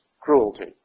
Cruelty